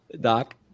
Doc